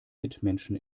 mitmenschen